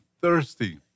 thirsty